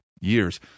years